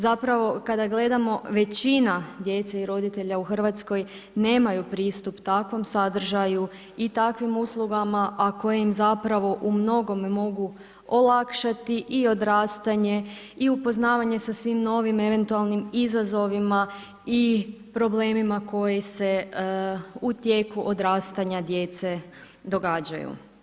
Zapravo, kada gledamo većina djece i roditelja u RH nemaju pristup takvom sadržaju i takvim uslugama, a koje im zapravo u mnogome mogu olakšati i odrastanje i upoznavanje sa svim novim eventualnim izazovima i problemima koji se u tijeku odrastanja djece odgađaju.